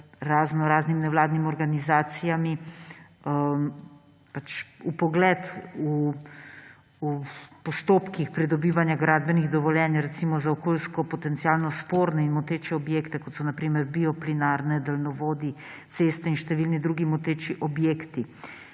raznoraznim nevladnim organizacijam vpogled v postopke pridobivanja gradbenih dovoljenj, recimo za okoljsko potencialno sporne in moteče objekte, kot so na primer bioplinarne, daljnovodi, ceste in številni drugi moteči objekti.